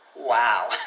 wow